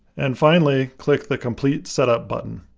and finally, click the complete setup button.